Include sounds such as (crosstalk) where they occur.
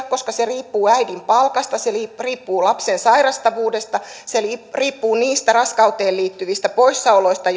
(unintelligible) koska se riippuu äidin palkasta se riippuu lapsen sairastavuudesta se riippuu niistä raskauteen liittyvistä poissaoloista (unintelligible)